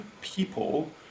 people